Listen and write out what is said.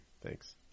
Thanks